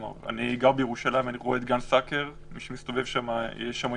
אני גר בירושלים, אני רואה את גן סאקר, יש שם ימים